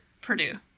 Purdue